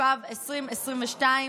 התשפ"ב 2022,